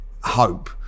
Hope